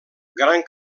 gran